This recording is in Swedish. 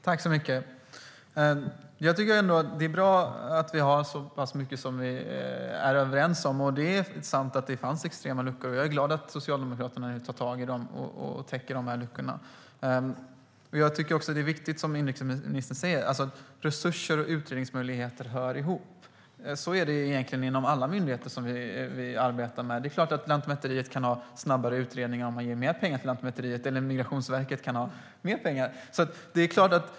Fru talman! Det är bra att vi överens om så pass mycket. Det är sant att det fanns extrema luckor i lagstiftningen. Jag är glad över att Socialdemokraterna nu tar tag i dem och täcker dem. Resurser och utredningsmöjligheter hör ihop, vilket inrikesministern också säger. Det är viktigt. Så är det egentligen inom alla myndigheter. Det är klart att Lantmäteriet eller Migrationsverket kan göra snabbare utredningar om man ger dem mer pengar.